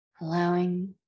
allowing